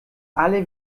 alle